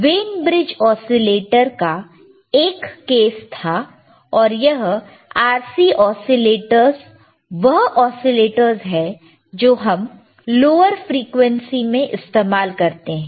when bridge oscillator का एक case था और यह RC ओसीलेटरस वह ओसीलेटरस है जो हम लोअर फ्रीक्वेंसी में इस्तेमाल करते हैं